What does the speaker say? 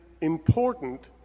important